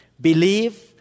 believe